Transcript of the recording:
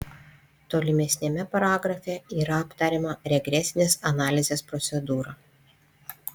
tolimesniame paragrafe yra aptariama regresinės analizės procedūra